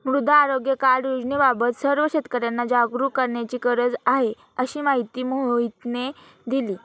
मृदा आरोग्य कार्ड योजनेबाबत सर्व शेतकर्यांना जागरूक करण्याची गरज आहे, अशी माहिती मोहितने दिली